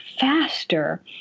faster